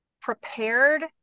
prepared